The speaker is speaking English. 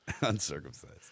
Uncircumcised